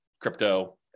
crypto